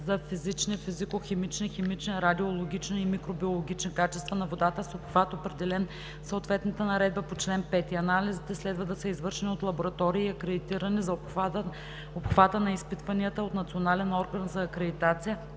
за физични, физико химични, химични, радиологични и микробиологични качества на водата, с обхват, определен в съответната наредба по чл. 5; анализите следва да са извършени от лаборатории, акредитирани за обхвата на изпитванията от национален орган за акредитация,